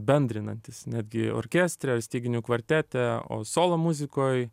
bendrinantis netgi orkestre ar styginių kvartete o solo muzikoj